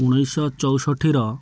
ଉଣେଇଶିଶହ ଚଉଷଠିର